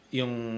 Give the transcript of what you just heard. yung